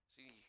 See